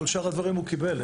כל שאר הדברים הוא קיבל.